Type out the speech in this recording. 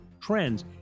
trends